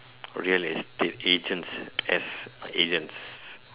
real estate agents s agents